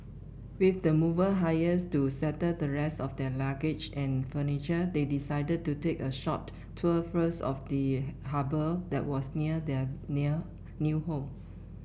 with the mover hires to settle the rest of their luggage and furniture they decided to take a short tour first of the harbour that was near their near new home